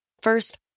First